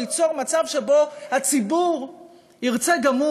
או ליצור מצב שבו הציבור ירצה גם הוא